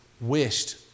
wished